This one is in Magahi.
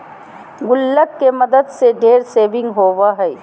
गुल्लक के मदद से ढेर सेविंग होबो हइ